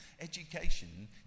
Education